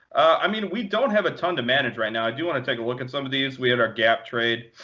i mean, we don't have a ton to manage right now. i do want to take a look at some of these. we had our gap trade.